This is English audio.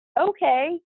okay